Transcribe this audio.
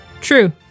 True